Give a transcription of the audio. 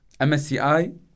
MSCI